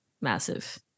massive